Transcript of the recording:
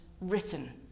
written